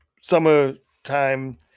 summertime